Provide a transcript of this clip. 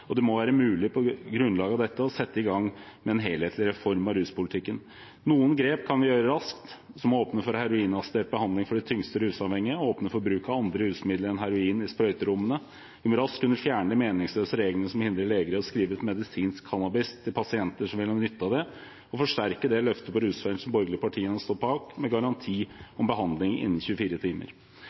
og det må på grunnlag av dette være mulig å sette i gang med en helhetlig reform av ruspolitikken. Noen grep kan vi gjøre raskt, som å åpne for heroinassistert behandling for de tyngste rusavhengige og åpne for bruk av andre rusmidler enn heroin i sprøyterommene. Vi må raskt kunne fjerne de meningsløse reglene som hindrer leger i å skrive ut medisinsk cannabis til pasienter som vil ha nytte av det, og forsterke det løftet på rusfeltet som de borgerlige partiene har stått bak, med garanti om behandling